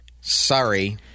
Sorry